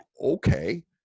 okay